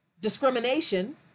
discrimination